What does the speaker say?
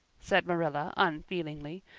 said marilla unfeelingly.